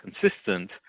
consistent